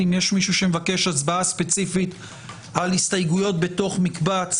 אם יש מישהו שמבקש הצבעה ספציפית על הסתייגויות בתוך מקבץ,